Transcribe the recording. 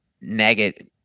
negative